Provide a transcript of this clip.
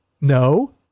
No